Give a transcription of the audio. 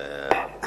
זה ישתלם בסוף.